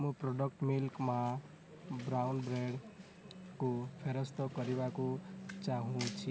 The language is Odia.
ମୁଁ ପ୍ରଡ଼କ୍ଟ ମିଲ୍କ ମା' ବ୍ରାଉନ୍ ବ୍ରେଡ଼୍କୁ ଫେରସ୍ତ କରିବାକୁ ଚାହୁଁଛି